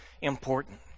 important